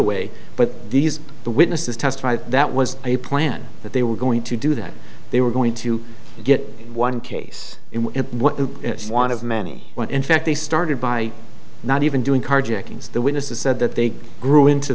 a way but these the witnesses testified that was a plan that they were going to do that they were going to get one case in what the one of many when in fact they started by not even doing carjackings the witnesses said that they grew into